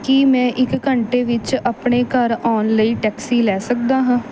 ਕੀ ਮੈਂ ਇੱਕ ਘੰਟੇ ਵਿੱਚ ਆਪਣੇ ਘਰ ਆਉਣ ਲਈ ਟੈਕਸੀ ਲੈ ਸਕਦਾ ਹਾਂ